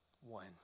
one